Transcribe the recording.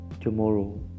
tomorrow